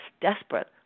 desperate